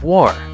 war